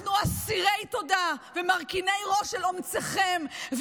אנחנו אסירי תודה ומרכינים ראש על האומץ שלכם,